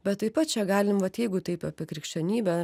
bet taip pat čia galim vat jeigu taip apie krikščionybę